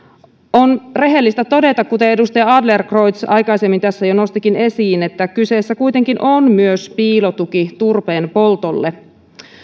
on rehellistä todeta kuten edustaja adlercreutz aikaisemmin tässä jo nostikin esiin että kyseessä kuitenkin on myös piilotuki turpeen poltolle